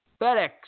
FedEx